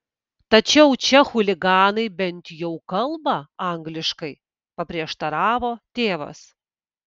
tačiau čia chuliganai bent jau kalba angliškai paprieštaravo tėvas